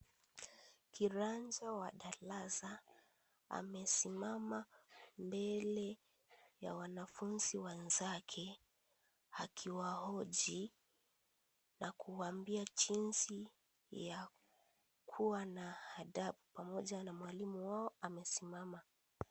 Kiranja wa darasa, amesimama mbele ya wanafunzi wenzake, akiwahoji, na kuwaambia jinsi kuwa na adabu. Pamoja na mwalimu wao amesimama.